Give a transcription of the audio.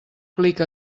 clic